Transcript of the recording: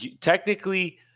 technically